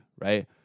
right